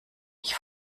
ich